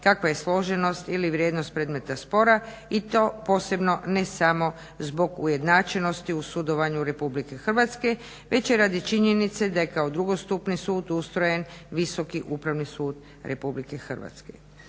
kakva je složenost ili vrijednost predmeta spora i to posebno ne samo zbog ujednačenosti u sudovanju Republike Hrvatske već i radi činjenice da je kao drugostupanjski sud ustrojen Visoki upravni sud Republike Hrvatske.